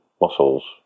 muscles